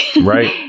right